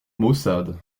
maussade